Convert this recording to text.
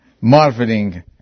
marveling